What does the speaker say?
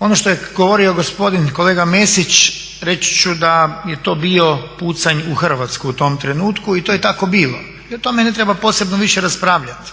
Ono što je govorio gospodin, kolega Mesić, reći ću da je to bio pucanj u Hrvatsku u tom trenutku i to je tako bilo i o tome ne treba posebno više raspravljati.